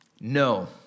No